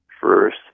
first